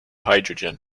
hydrogen